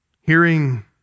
Hearing